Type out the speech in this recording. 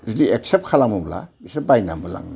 बिदि एकसेप्ट खालामोब्ला बिसोर बायनानैबो लाङो